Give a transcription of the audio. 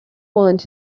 want